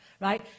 right